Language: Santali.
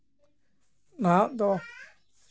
ᱱᱟᱦᱟᱜ ᱫᱚ